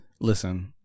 Listen